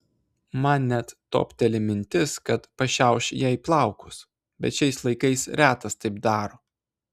man net topteli mintis kad pašiauš jai plaukus bet šiais laikais retas taip daro